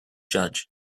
judge